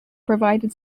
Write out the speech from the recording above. provided